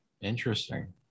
Interesting